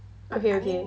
okay okay